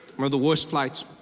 one of the worst flights,